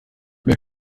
mehr